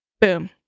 Boom